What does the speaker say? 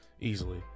easily